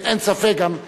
אין ספק גם,